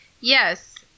yes